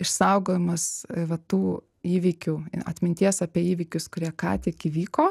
išsaugojimas va tų įvykių atminties apie įvykius kurie ką tik įvyko